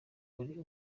kuri